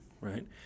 Right